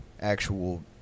actual